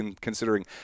considering